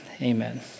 amen